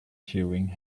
chewing